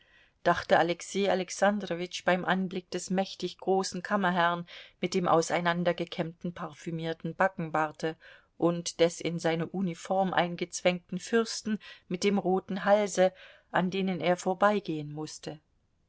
dachte alexei alexandrowitsch beim anblick des mächtig großen kammerherrn mit dem auseinandergekämmten parfümierten backenbarte und des in seine uniform eingezwängten fürsten mit dem roten halse an denen er vorbeigehen mußte